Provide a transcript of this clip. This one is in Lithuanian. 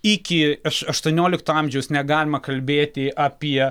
iki aš aštuoniolikto amžiaus negalima kalbėti apie